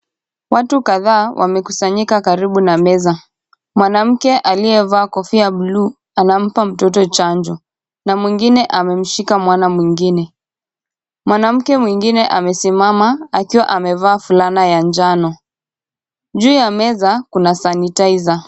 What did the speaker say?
Watu kadhaa wamekusanyika karibu na meza. Mwanamke aliyevaa kofia ya blue anampa mtoto chanjo na mwingine amemshika mwana mwingine. Mwanamke mwingine amesimama akiwa amevaa fulana ya njano. Juu ya meza kuna sanitizer .